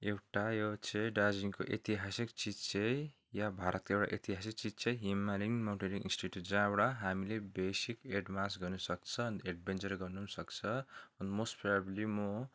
एउटा यो चाहिँ दार्जिलिङको ऐतिहासिक चिज चाहिँ यो भारतको एउटा ऐतिहासिक चिज चाहिँ हिमालयन माउन्टेरिङ इन्स्टिट्युट जहाँबाट हामीले बेसिक एडभान्स गर्नसक्छ अनि एडभेन्चर गर्नुम् सक्छ मस्ट प्रोबेब्ली मो